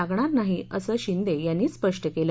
लागणार नाही असं शिंदे यांनी सपष्ट केलं